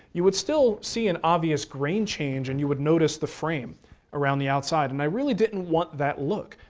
you would still see an obvious grain change and you would notice the frame around the outside and i really didn't want that look.